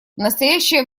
настоящее